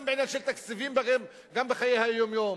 גם בעניין של תקציבים גם בחיי היום-יום.